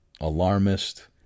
alarmist